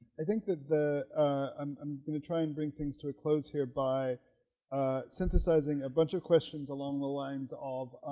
i think that the i'm going to try and bring things to a close here by synthesizing a bunch of questions along the lines of